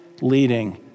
leading